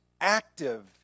active